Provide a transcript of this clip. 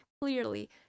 clearly